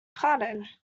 pardon